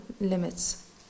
limits